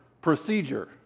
procedure